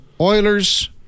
Oilers